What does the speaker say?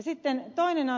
toinen asia